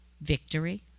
victory